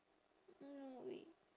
no wait